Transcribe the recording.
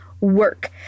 work